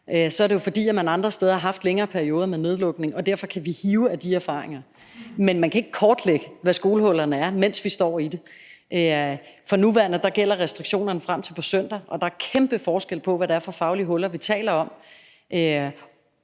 er det jo, fordi man andre steder har haft længere perioder med nedlukning, og derfor kan vi trække på de erfaringer. Men man kan ikke kortlægge, hvad skolehullerne er, mens vi står i det. For nuværende gælder restriktionerne frem til på søndag, og der er kæmpe forskel på, hvad det er for faglige huller, vi taler om,